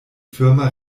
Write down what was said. firma